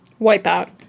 Wipeout